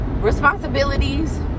responsibilities